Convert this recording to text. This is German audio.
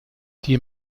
die